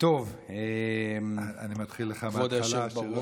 אני מתחיל לך מהתחלה.